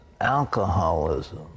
alcoholism